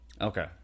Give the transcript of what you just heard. okay